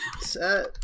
set